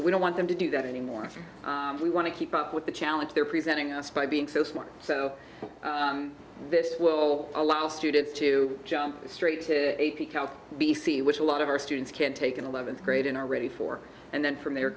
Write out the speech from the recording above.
we don't want them to do that anymore we want to keep up with the challenge they're presenting us by being so smart so this will allow students to jump straight to become b c which a lot of our students can't take an eleventh grade and are ready for and then from there